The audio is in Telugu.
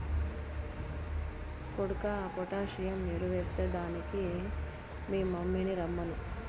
కొడుకా పొటాసియం ఎరువెస్తే దానికి మీ యమ్మిని రమ్మను